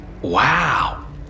Wow